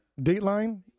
Dateline